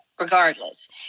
regardless